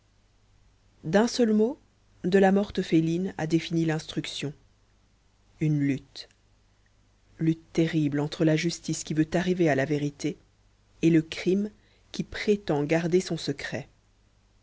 d'un seul mot delamorte felines a défini l'instruction une lutte lutte terrible entre la justice qui veut arriver à la vérité et le crime qui prétend garder son secret